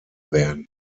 werden